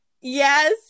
Yes